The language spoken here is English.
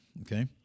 Okay